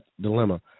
dilemma